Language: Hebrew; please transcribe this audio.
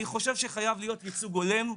אני חושב שחייב להיות ייצוג הולם,